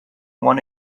want